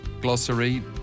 glossary